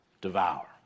devour